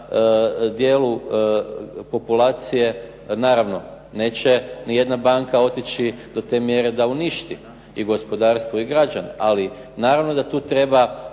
dijelu populacije, naravno neće ni jedna banka otići do te mjere da uništi i gospodarstvo i građane, ali naravno da tu treba